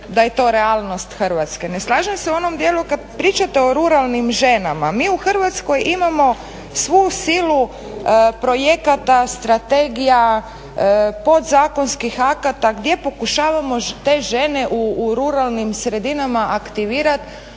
da je to realnost Hrvatske. Ne slažem se u onom dijelu kad pričate o ruralnim ženama. Mi u Hrvatskoj imamo svu silu projekata, strategija, podzakonskih akata gdje pokušavamo te žene u ruralnim sredinama aktivirati,